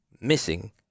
missing